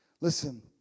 Listen